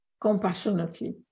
compassionately